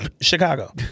Chicago